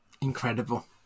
Incredible